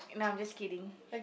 nah I'm just kidding